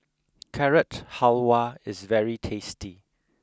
carrot halwa is very tasty